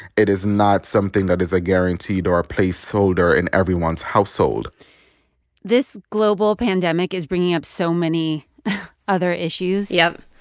it is not something that is ah guaranteed or a placeholder in everyone's household this global pandemic is bringing up so many other issues. yep.